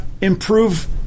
improve